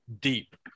deep